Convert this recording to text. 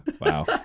Wow